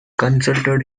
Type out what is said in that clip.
consulted